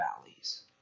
valleys